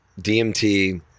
dmt